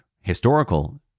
historical